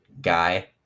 guy